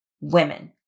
women